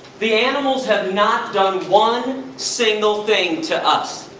the animals have not done one single thing to us,